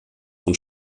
und